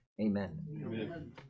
amen